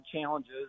challenges